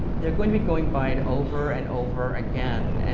they're going to be going by it over and over again, and